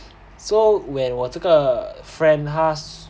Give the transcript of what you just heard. so when 我这个 friend 他